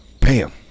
bam